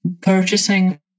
purchasing